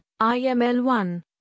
IML-1